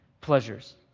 pleasures